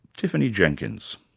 tiffany jenkins.